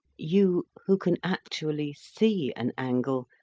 you, who can actually see an angle,